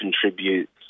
contributes